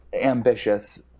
ambitious